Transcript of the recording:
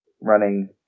running